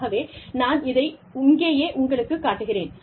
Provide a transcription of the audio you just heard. ஆகவே நான் இதை இங்கேயே உங்களுக்குக் காட்டுகிறேன்